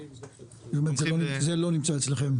זאת אומרת, זה לא נמצא אצלכם?